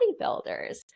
bodybuilders